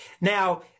Now